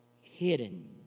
hidden